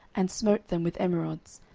and smote them with emerods,